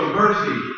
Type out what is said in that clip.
mercy